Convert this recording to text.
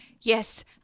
yes